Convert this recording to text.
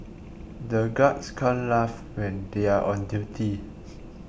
the guards can't laugh when they are on duty